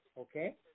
okay